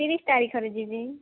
ତିରିଶ ତାରିଖରେ ଯିବି